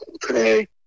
today